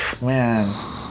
Man